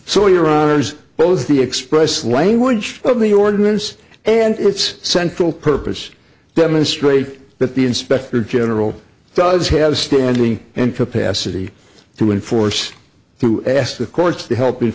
so your honour's both the express language of the ordinance and its central purpose demonstrate that the inspector general does have standing and capacity to enforce to ask the courts to help